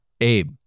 Abe